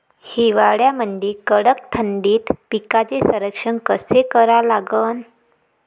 हिवाळ्यामंदी कडक थंडीत पिकाचे संरक्षण कसे करा लागन?